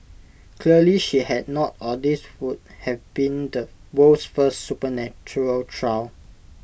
clearly she had not or this would have been the world's first supernatural trial